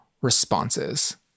responses